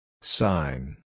Sign